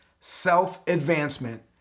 self-advancement